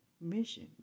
mission